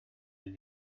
elle